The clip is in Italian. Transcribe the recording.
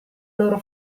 loro